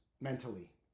mentally